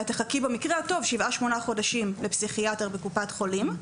ואת תחכי במקרה הטוב שבעה שמונה חודשים לפסיכיאטר בקופת חולים.